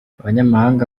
abanyamahanga